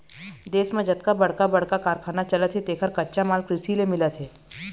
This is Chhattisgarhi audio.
देश म जतका बड़का बड़का कारखाना चलत हे तेखर कच्चा माल कृषि ले मिलत हे